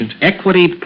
Equity